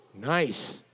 Nice